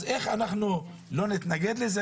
אז איך לא נתנגד לזה?